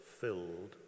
filled